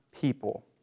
people